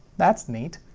that's neat.